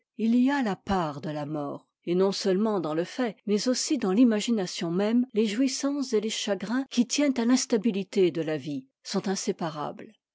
il y a la part de ta mort et non-seulement dans le fait mais aussi dans l'imagination même les jouissances et les chagrins qui tiennent à l'instabilité de la vie sont inséparables